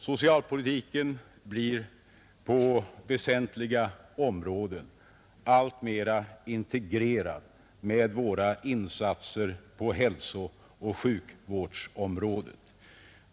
Socialpolitiken blir på väsentliga områden alltmera integrerad med våra insatser på hälsooch sjukvårdsområdet.